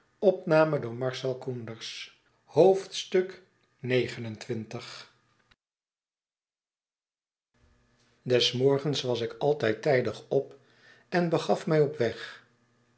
des morgens was ik al tijdig op en begaf mij op weg